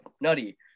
Nutty